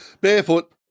barefoot